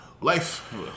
life